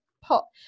pop